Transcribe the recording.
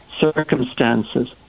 circumstances